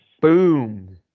Boom